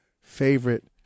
favorite